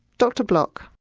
dr block.